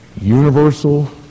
universal